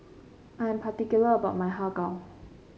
I'm particular about my Har Kow